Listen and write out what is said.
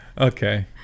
Okay